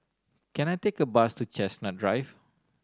can I take a bus to Chestnut Drive